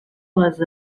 les